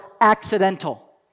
accidental